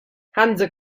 hanse